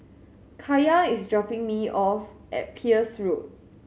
Kaiya is dropping me off at Peirce Road